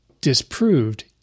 disproved